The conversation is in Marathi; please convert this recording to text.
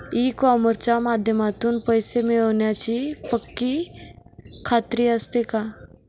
ई कॉमर्सच्या माध्यमातून पैसे मिळण्याची पक्की खात्री असते का?